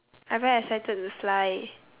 I very excited to fly